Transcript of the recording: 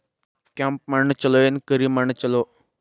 ಕೆಂಪ ಮಣ್ಣ ಛಲೋ ಏನ್ ಕರಿ ಮಣ್ಣ ಛಲೋ?